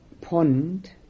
pond